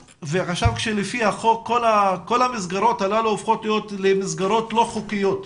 לפי החוק כל המסגרות הללו הופכות להיות מסגרות לא חוקיות.